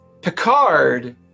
picard